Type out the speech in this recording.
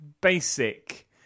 basic